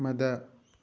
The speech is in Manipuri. ꯃꯗꯥ